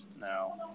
No